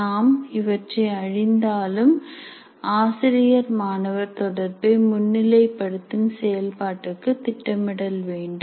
நாம் இவற்றை அழிந்தாலும் ஆசிரியர் மாணவர் தொடர்பை முன்னிலைப்படுத்தும் செயல்பாட்டுக்கு திட்டமிடல் வேண்டும்